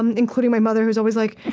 um including my mother, who's always like,